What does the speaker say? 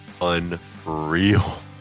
Unreal